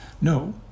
No